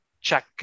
check